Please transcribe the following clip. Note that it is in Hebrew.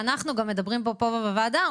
שאנחנו גם מדברים בו פה בוועדה,